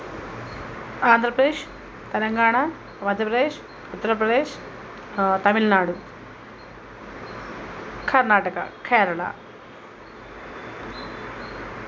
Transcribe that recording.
Andhra Pradesh Telangana Madhya Pradesh Uttar Pradesh Tamil Nadu Karnataka Kerala